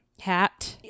hat